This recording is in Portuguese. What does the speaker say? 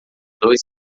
dois